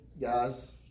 guys